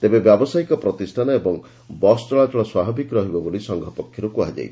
ତେବେ ବ୍ୟାବସାୟିକ ପ୍ରତିଷ୍ଠାନ ଏବଂ ବସ୍ ଚଳାଚଳ ସ୍ୱାଭାବିକ ରହିବ ବୋଲି ସଂଘ ପକ୍ଷରୁ କୁହାଯାଇଛି